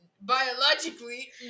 biologically